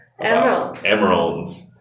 Emeralds